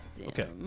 Okay